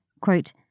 quote